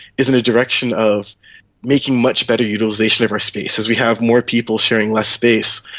is in a direction of making much better utilisation of our space. as we have more people sharing less space,